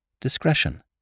Discretion